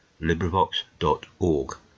LibriVox.org